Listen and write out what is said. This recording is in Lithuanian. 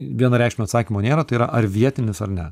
vienareikšmio atsakymo nėra tai yra ar vietinis ar ne